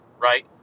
right